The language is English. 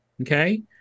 Okay